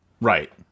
Right